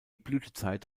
blütezeit